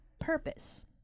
purpose